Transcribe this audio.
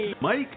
Mike